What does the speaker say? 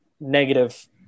negative